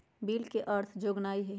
bill के अर्थ हइ जोगनाइ